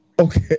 Okay